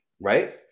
right